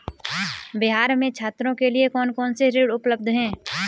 बिहार में छात्रों के लिए कौन कौन से ऋण उपलब्ध हैं?